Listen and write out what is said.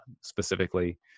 specifically